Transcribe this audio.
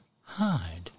hide